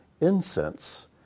incense